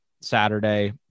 Saturday